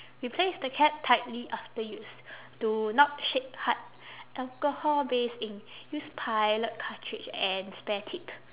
replace the cap tightly after use do not shake hard alcohol based ink use pilot cartridge and spare tip